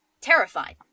terrified